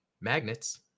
magnets